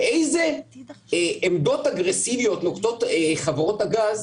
באיזה עמדות אגרסיביות נוקטות חברות הגז?